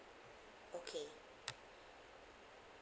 okay